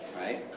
Right